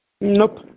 Nope